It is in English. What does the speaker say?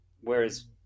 whereas